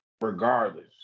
Regardless